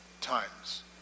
times